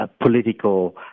political